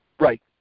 Right